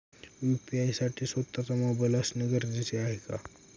UPI साठी स्वत:चा mobile असणे गरजेचे आहे का?